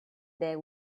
there